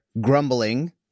grumbling